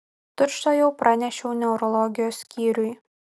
tučtuojau pranešiau neurologijos skyriui